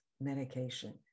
medication